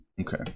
Okay